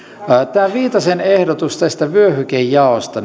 tämä viitasen ehdotus vyöhykejaosta